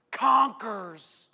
Conquers